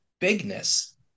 bigness